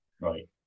right